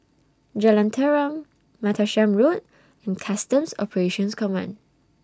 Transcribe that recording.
Jalan Tarum Martlesham Road and Customs Operations Command